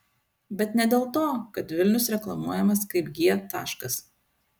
bet ne dėl to kad vilnius reklamuojamas kaip g taškas